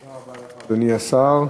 תודה רבה לך, אדוני השר.